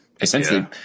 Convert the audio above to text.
essentially